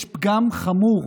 יש פגם חמור